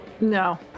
no